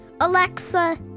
Alexa